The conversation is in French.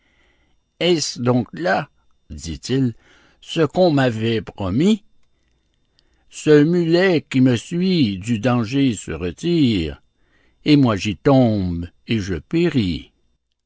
est-ce donc là dit-il ce qu'on m'avait promis ce mulet qui me suit du danger se retire et moi j'y tombe et je péris